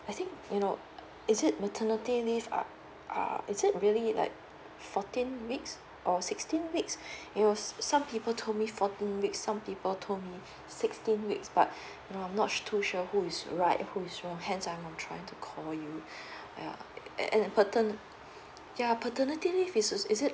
I think you know is it maternity leave uh uh is it really like fourteen weeks or sixteen weeks it was some people told me fourteen weeks some people told me sixteen weeks but I'm not too sure who's right who is wrong hence I'm trying to call you um and pater~ ya paternity leave is is it